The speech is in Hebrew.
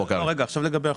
עכשיו לגבי החוק.